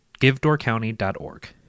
givedoorcounty.org